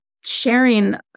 sharing